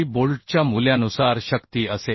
बोल्टच्या मूल्यानुसार शक्ती असेल